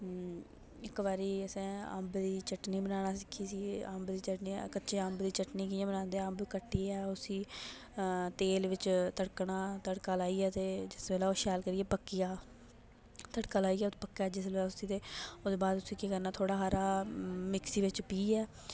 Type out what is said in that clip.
इक बारी असैं अम्ब दी चटनी बनाना सिक्खी ही कच्चे अम्ब दी चटनी कियां बनांदे उसी कट्टियै तेल बिच्च तड़कना तड़का लाइयै ते जिस बेल्लै ओह् शैल करियै पक्की जा तड़का लाइयै पक्कै जिसलै ते ओह्दे बाद केह् करना उसी थोह्ड़ा हारा मिक्सी बिच्च पीहै